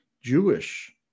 Jewish